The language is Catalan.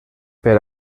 per